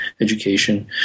education